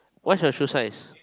what's your true size